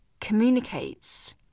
communicates